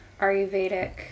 Ayurvedic